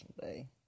day